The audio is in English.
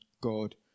God